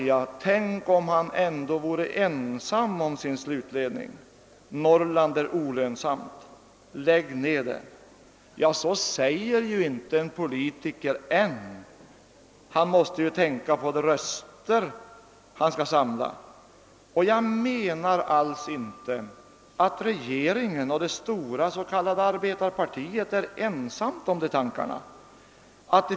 Om han ändå vore ensam om sin slutledning! Norrland är olönsamt! Lägg ned det! Så säger inte en politiker än — han måste tänka på rösterna. Och jag menar inte, att regeringen och det stora s.k. arbetarpartiet är ensamma om de tankarna.